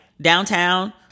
downtown